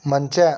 ಮಂಚ